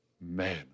Man